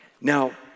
Now